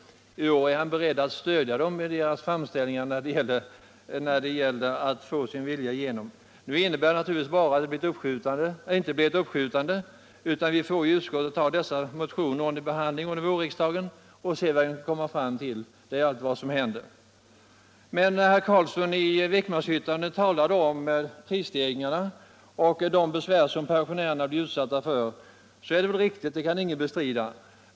I år är han beredd att stödja dem i deras framställningar när de söker få sin vilja igenom. Nu blir det naturligtvis inte ett uppskjutande, utan vi får i utskottet ta dessa motioner under behandling under vårriksdagen och se vad vi kan komma fram till — det är allt vad som händer. När herr Carlsson i Vikmanshyttan talar om prisstegringarna och de besvär som pensionärerna blir utsatta för, så är det väl riktigt — det kan ingen bestrida.